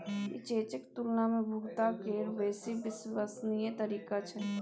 ई चेकक तुलना मे भुगतान केर बेसी विश्वसनीय तरीका छै